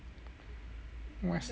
western